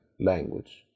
Language